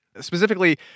specifically